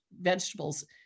vegetables